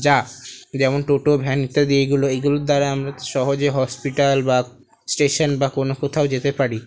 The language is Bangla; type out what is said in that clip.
যা যেমন টোটো ভ্যান ইত্যাদি এগুলো এগুলোর দ্বারা আমরা সহজে হসপিটাল বা স্টেশন বা কোনো কোথাও যেতে পারি